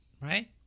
right